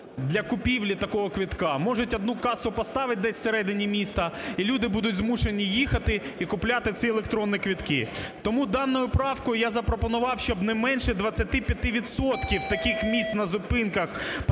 для купівлі такого квитка. Можуть одну касу поставити десь в середині міста і люди будуть змушені їхати і купляти ці електронні квитки. Тому даною правкою я запропонував, щоб не менше 25 відсотків таких місць на зупинках